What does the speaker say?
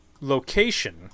location